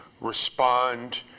respond